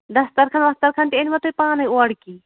دَسترخوان وَستَرخوان تہِ أنۍوا تُہۍ اوٚرٕکی